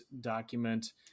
document